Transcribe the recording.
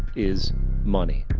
is money.